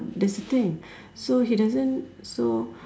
that's the thing so he doesn't so